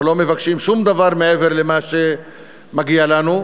אנחנו לא מבקשים שום דבר מעבר למה שמגיע לנו.